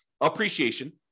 Appreciation